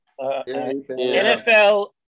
NFL